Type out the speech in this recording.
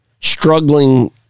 struggling